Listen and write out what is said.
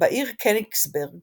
בעיר קניגסברג